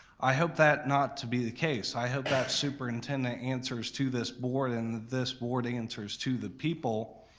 i hope that not to be the case. i hope that superintendent answers to this board and this board answers to the people.